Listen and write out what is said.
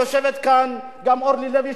יושבת כאן גם אורלי לוי,